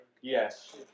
Yes